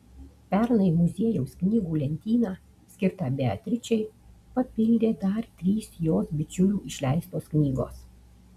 pernai muziejaus knygų lentyną skirtą beatričei papildė dar trys jos bičiulių išleistos knygos